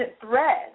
thread